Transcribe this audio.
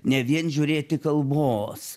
ne vien žiūrėti kalbos